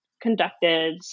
conducted